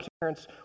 parents